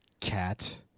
Cat